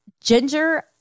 ginger